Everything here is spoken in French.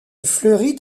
fleurit